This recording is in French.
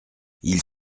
ils